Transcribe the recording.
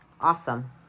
awesome